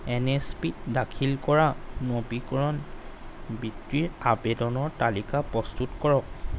N S পিত দাখিল কৰা নবীকৰণ বৃত্তিৰ আবেদনৰ তালিকা প্ৰস্তুত কৰক